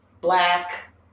Black